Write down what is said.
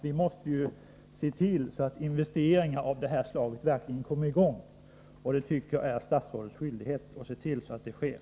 Vi måste ju se till att investeringar av det här slaget verkligen kommer i gång. Jag tycker det är statsrådets skyldighet att se till att så sker.